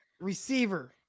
receiver